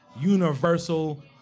universal